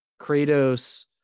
Kratos